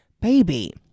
baby